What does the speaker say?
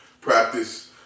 practice